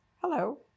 Hello